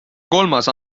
kolmas